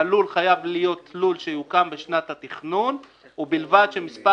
שהלול חייב להיות לול שיוקם בשנת התכנון ובלבד שמספר